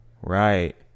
Right